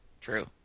true